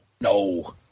no